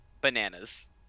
bananas